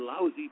lousy